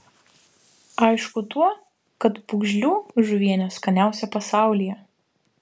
aišku tuo kad pūgžlių žuvienė skaniausia pasaulyje